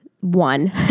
one